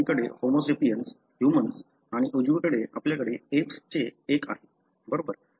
डावीकडे homo sapiens humans आणि उजवीकडे आपल्याकडे एप्स चे एक आहे बरोबर